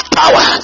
power